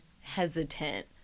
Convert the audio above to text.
hesitant